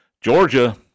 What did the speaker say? Georgia